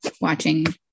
watching